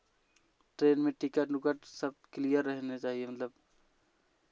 train में ticket wicket सब clear रहनी चाहिए मतलब